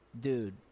dude